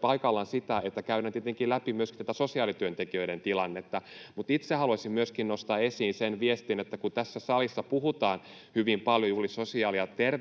paikallaan sitä, että käydään tietenkin läpi myöskin tätä sosiaalityöntekijöiden tilannetta. Mutta itse haluaisin nostaa esiin myöskin sen viestin, että kun tässä salissa puhutaan hyvin paljon juuri sosiaali- ja terveyspalveluista,